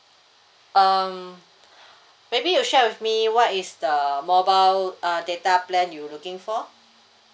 um maybe you share with me what is the mobile uh data plan you're looking for